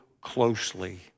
closely